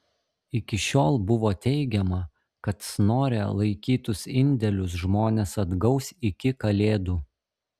iki šiol buvo teigiama kad snore laikytus indėlius žmonės atgaus iki kalėdų